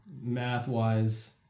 math-wise